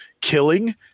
killing